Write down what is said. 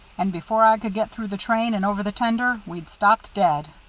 and before i could get through the train and over the tender, we'd stopped dead.